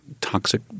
toxic